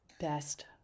best